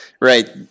right